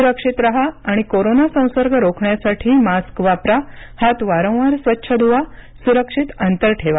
सुरक्षित राहा आणि कोरोना संसर्ग रोखण्यासाठी मास्क वापरा हात वारंवार स्वच्छ धुवा सुरक्षित अंतर ठेवा